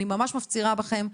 אני ממש מפצירה בכם,